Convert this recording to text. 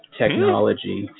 technology